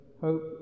hope